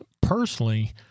personally